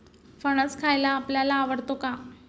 फणस खायला आपल्याला आवडतो का?